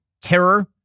terror